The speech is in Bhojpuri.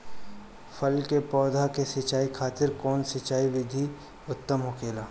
फल के पौधो के सिंचाई खातिर कउन सिंचाई विधि उत्तम होखेला?